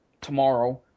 tomorrow